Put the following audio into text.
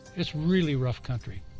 it's really rough country.